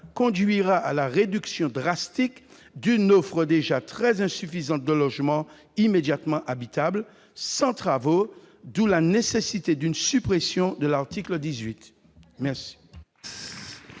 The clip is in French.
conduira à la réduction drastique d'une offre déjà très insuffisante de logements immédiatement habitables sans travaux, d'où la nécessité d'une suppression de l'article 18.